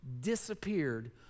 disappeared